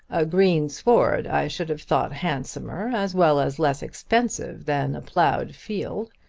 a green sward i should have thought handsomer, as well as less expensive, than a ploughed field,